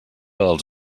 els